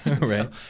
right